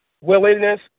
willingness